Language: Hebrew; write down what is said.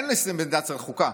אין למדינת ישראל חוקה.